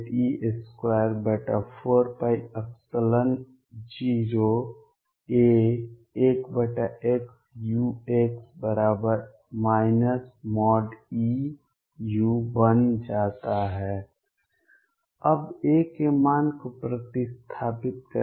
u बन जाता है अब a के मान को प्रतिस्थापित करें